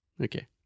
Okay